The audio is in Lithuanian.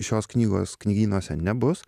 šios knygos knygynuose nebus